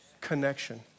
Connection